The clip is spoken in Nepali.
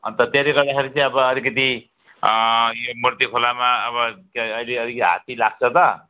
अनि त त्यसले गर्दाखेरि चाहिँ अब अलिकिति यो मूर्ति खोलामा अब चाहिँ अहिले यो हात्ती लाग्छ त